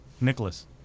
Nicholas